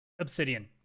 obsidian